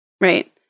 Right